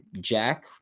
Jack